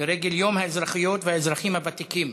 לרגל יום האזרחיות והאזרחים הוותיקים.